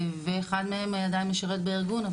ואחד מהם עדיין משרת בארגון,